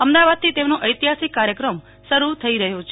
અમદાવાદ થી તેમનો ઐતિહાસીક કાર્યક્રમ શરૂ થઇ રહ્યો છે